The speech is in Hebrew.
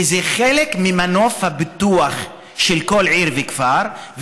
כי זה חלק ממנוף הפיתוח של כל עיר וכפר,